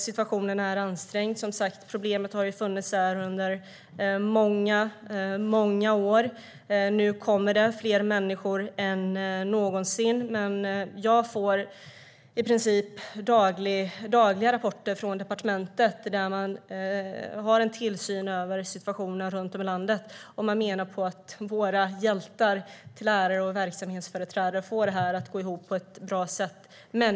Situationen är ansträngd. Problemet har som sagt funnits under många år. Nu kommer det fler människor än någonsin. Jag får i princip dagliga rapporter från departementet där man har en tillsyn över situationen runt om i landet. Man menar på att våra hjältar till lärare och verksamhetsföreträdare får det att gå ihop på ett bra sätt.